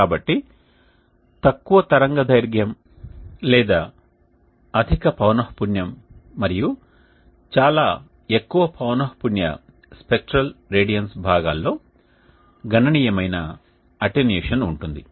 కాబట్టి తక్కువ తరంగదైర్ఘ్యం లేదా అధిక పౌనఃపున్యం మరియు చాలా ఎక్కువ పౌనఃపున్య స్పెక్ట్రల్ రేడియన్స్ భాగాలలో గణనీయమైన అటెన్యుయేషన్ ఉంటుంది